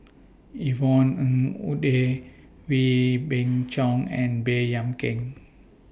Yvonne Ng Uhde Wee Beng Chong and Baey Yam Keng